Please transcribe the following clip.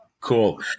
Cool